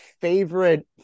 favorite